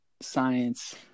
science